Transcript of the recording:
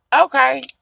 Okay